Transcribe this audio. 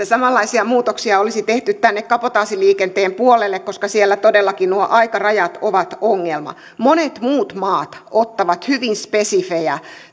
samanlaisia muutoksia olisi tehty tänne kabotaasiliikenteen puolelle koska siellä todellakin nuo aikarajat ovat ongelma monet muut maat ottavat hyvin spesifejä